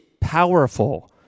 powerful